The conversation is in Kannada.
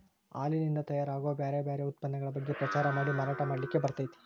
ಹಾಲಿನಿಂದ ತಯಾರ್ ಆಗೋ ಬ್ಯಾರ್ ಬ್ಯಾರೆ ಉತ್ಪನ್ನಗಳ ಬಗ್ಗೆ ಪ್ರಚಾರ ಮಾಡಿ ಮಾರಾಟ ಮಾಡ್ಲಿಕ್ಕೆ ಬರ್ತೇತಿ